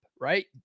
Right